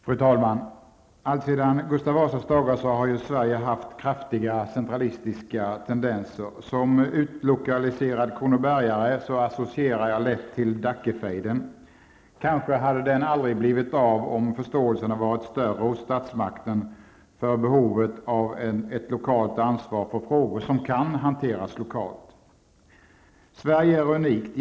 Fru talman! Alltsedan Gustav Vasas dagar har Sverige haft kraftiga centralistiska tendenser. Som utlokaliserad kronobergare associerar jag lätt till Dackefejden. Kanske hade den aldrig blivit av om förståelsen varit större hos statsmakten för behovet av ett lokalt ansvar för frågor som kan hanteras lokalt. Sverige är unikt.